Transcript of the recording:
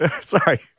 Sorry